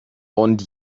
und